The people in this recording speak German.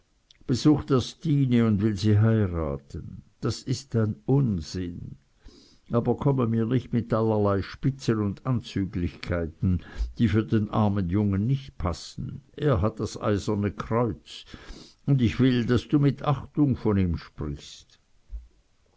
besucht er stine und will sie heiraten das ist ein unsinn aber komme mir nicht mit allerlei spitzen und anzüglichkeiten die für den armen jungen nicht passen er hat das eiserne kreuz und ich will daß du mit achtung von ihm sprichst